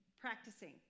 practicing